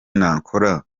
nakora